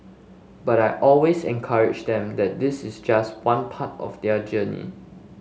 but I always encourage them that this is just one part of their journey